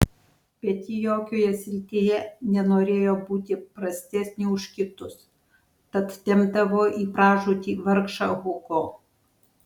bet ji jokioje srityje nenorėjo būti prastesnė už kitus tad tempdavo į pražūtį ir vargšą hugo